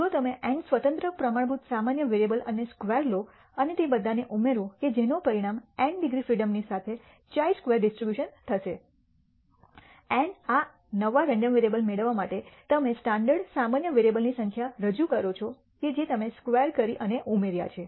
જો તમે n સ્વતંત્ર પ્રમાણભૂત સામાન્ય વેરીએબલ અને સ્ક્વેર લો અને તે બધાને ઉમેરો કે જેનો પરિણામ n ડિગ્રી ફ્રીડમ ની સાથે χ સ્ક્વેર ડિસ્ટ્રીબ્યુશન થશે n આ નવા રેન્ડમ વેરીએબલ મેળવવા માટે તમે સ્ટાન્ડર્ડ સામાન્ય વેરીએબલ ની સંખ્યા રજૂ કરો કે જે તમે સ્ક્વેર કરી અને ઉમેર્યા છે